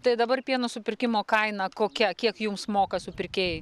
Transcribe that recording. tai dabar pieno supirkimo kaina kokia kiek jums moka supirkėjai